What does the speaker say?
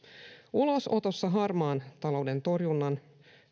ulosotossa harmaan talouden torjunnan